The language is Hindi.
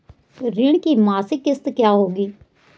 ऋण की मासिक किश्त क्या होगी?